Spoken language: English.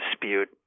dispute